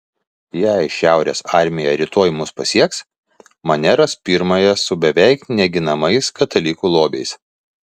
jei šiaurės armija rytoj mus pasieks mane ras pirmąją su beveik neginamais katalikų lobiais